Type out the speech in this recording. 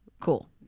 Cool